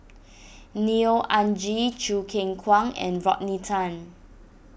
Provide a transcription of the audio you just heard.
Neo Anngee Choo Keng Kwang and Rodney Tan